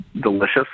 delicious